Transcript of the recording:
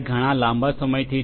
ઘણા લાંબા સમયથી છે